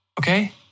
okay